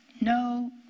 no